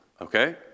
okay